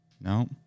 No